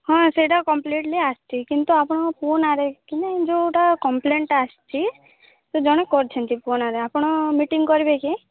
ହଁ ସେଇଟା କମ୍ପ୍ପ୍ଲିଟ୍ଲି ଆସିଛି କିନ୍ତୁ ଆପଣଙ୍କ ପୁଅ ନାଆଁରେ ଯୋଉଟା କମ୍ପଲେନଟ୍ ଆସିଛି ସେ କରିଛନ୍ତି ପୁଅ ନାଆଁରେ ଆପଣ ମିଟିଙ୍ଗ୍ କରିବେ କି